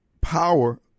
power